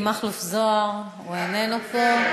חבר הכנסת מכלוף מיקי זוהר, איננו פה.